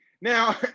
Now